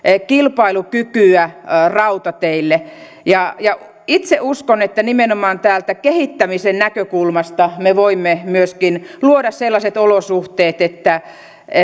kilpailukykyä rautateille itse uskon että nimenomaan tästä kehittämisen näkökulmasta me voimme myöskin luoda sellaiset olosuhteet että